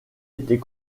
était